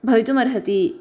भवितुमर्हति